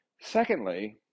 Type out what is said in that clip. Secondly